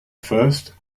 first